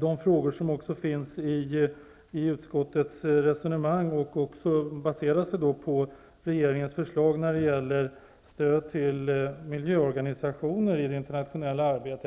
de frågor som också finns i utskottets resonemang och som baserar sig på regeringens förslag när det gäller stöd till miljöorganisationer i det internationella arbetet.